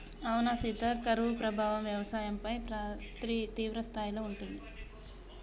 అవునా సీత కరువు ప్రభావం వ్యవసాయంపై తీవ్రస్థాయిలో ఉంటుంది